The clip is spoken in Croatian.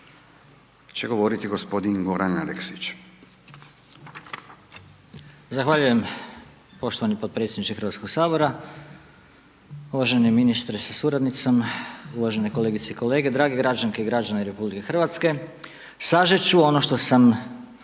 će govoriti gospodin Goran Aleksić. **Aleksić, Goran (SNAGA)** Zahvaljujem poštovani podpredsjedniče Hrvatskog sabora, uvaženi ministre sa suradnicama, uvažene kolegice i kolege, dragi građanke i građani RH sažet ću ono što sam